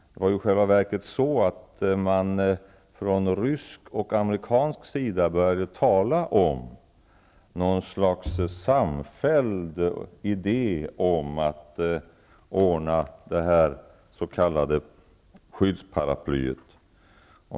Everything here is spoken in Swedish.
Det var i själva verket så att man från rysk och amerikansk sida började tala om något slags samfälld idé om att ordna det s.k. skyddsparaplyet.